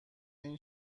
این